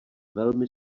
velmi